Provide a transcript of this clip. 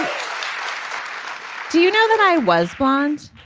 um do you know that i was bonds